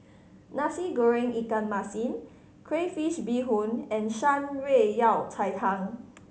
Nasi Goreng ikan masin crayfish beehoon and Shan Rui Yao Cai Tang